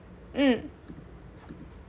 mm